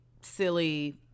silly